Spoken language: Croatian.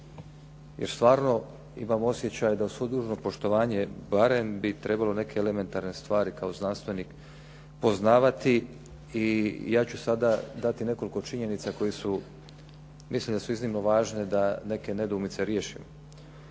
jer stvarno imam osjećaj da uz svo dužno poštovanje barem bi trebalo neke elementarne stvari kao znanstvenik poznavati. I ja ću sada dati nekoliko činjenice za koje mislim da su iznimno važne da neke nedoumice riješim.